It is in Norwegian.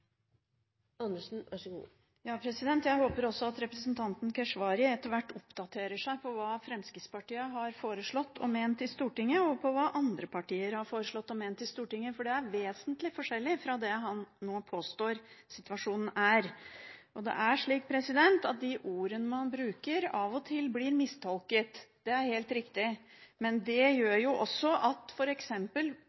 Jeg håper også at representanten Keshvari etter hvert oppdaterer seg på hva Fremskrittspartiet har foreslått og ment i Stortinget, og på hva andre partier har foreslått og ment i Stortinget, for det er vesentlig forskjellig fra det han nå påstår er situasjonen. Det er slik at de ordene man bruker, av og til blir mistolket. Det er helt riktig. Men det